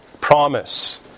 promise